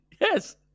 yes